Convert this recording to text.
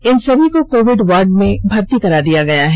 इन सभी को covid ward में भर्ती किया गया है